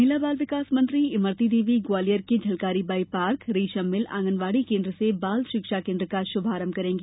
महिला बाल विकास मंत्री इमरती देवी ग्वालियर के झलकारी बाई पार्क रेशम मिल आँगनवाड़ी केन्द्र से बाल शिक्षा केन्द्र का श्भारंभ करेंगी